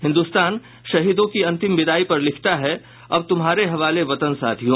हिन्दुस्तान शहीदों की अंतिम विदाई पर लिखता है अब तुम्हारे हवाले वतन साथियों